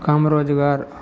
काम रोजगार